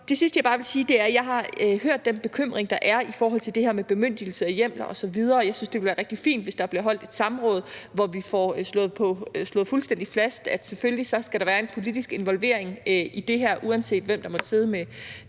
Det sidste, jeg bare vil sige, er, at jeg har hørt den bekymring, der er i forhold til det her med bemyndigelse og hjemler osv., og jeg synes, det ville være rigtig fint, hvis der blev holdt et samråd, hvor vi får slået fuldstændig fast, at der selvfølgelig skal være en politisk involvering i det her, uanset hvem der måtte sidde med